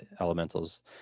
elementals